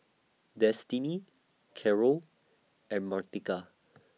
Destini Carroll and Martika